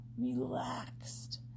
relaxed